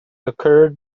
occurred